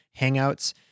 hangouts